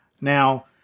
Now